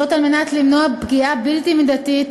וזאת על מנת למנוע פגיעה בלתי מידתית